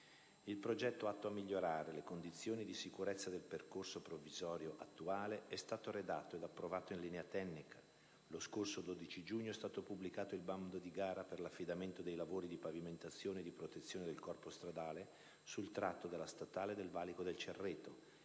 Il progetto atto a migliorare le condizioni di sicurezza del percorso provvisorio attuale è stato redatto ed approvato in linea tecnica. Lo scorso 12 giugno è stato pubblicato il bando di gara per l'affidamento dei lavori di pavimentazione e di protezione del corpo stradale sul tratto della statale «del valico del Cerreto»